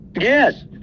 yes